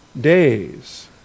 days